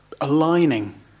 aligning